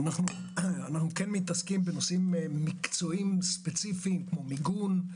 אנחנו כן מתעסקים בנושאים מקצועיים ספציפיים כמו מיגון,